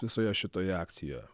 visoje šitoje akcijoje